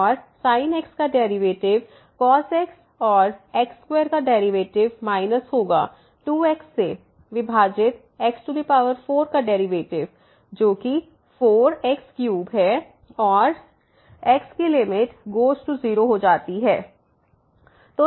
और sin x का derivative x और x2 का डेरिवेटिव माइनस होगा 2 x से विभाजित x4 का डेरिवेटिव जो कि 4x3 है और की लिमिट x गोज़ टू 0 हो जाती है